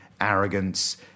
arrogance